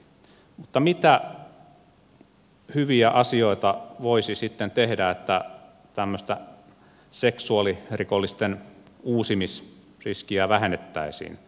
mutta mitä hyviä asioita voisi sitten tehdä että tämmöistä seksuaalirikollisten uusimisriskiä vähennettäisiin